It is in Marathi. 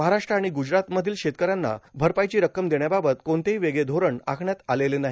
महाराष्ट्र आणि गुजरात मधील शेतकऱ्यांना भरपाईची रक्कम देण्याबाबत कोणतेही वेगळे धोरण आखण्यात आलेलं नाही